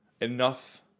enough